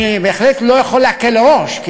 אני בהחלט לא יכול להקל ראש,